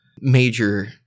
Major